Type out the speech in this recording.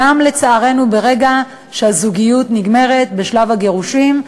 לצערנו, גם ברגע שהזוגיות נגמרת, בשלב הגירושים.